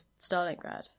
Stalingrad